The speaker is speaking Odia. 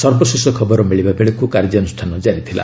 ସର୍ବଶେଷ ଖବର ମିଳିବା ବେଳକୁ କାର୍ଯ୍ୟାନୁଷ୍ଠାନ ଜାରି ଥିଲା